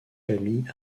famille